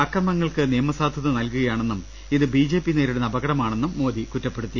അക്രമങ്ങൾക്ക് നിയമസാധുത നൽകുകയാണെന്നും ഇത് ബിജെപി നേരിടുന്ന അപകടമാണെന്നും മോദി കുറ്റപ്പെടുത്തി